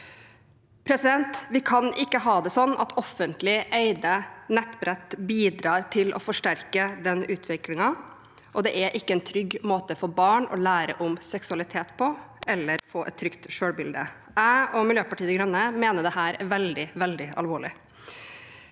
nettporno. Vi kan ikke ha det sånn at offentlig eide nettbrett bidrar til å forsterke den utviklingen, og det er ikke en trygg måte for barn å lære om seksualitet eller få et trygt selvbilde på. Jeg og Miljøpartiet De Grønne mener dette er veldig, veldig alvorlig.